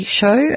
show